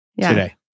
today